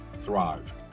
thrive